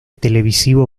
televisivo